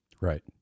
Right